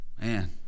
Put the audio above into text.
Man